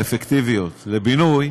האפקטיביות לבינוי,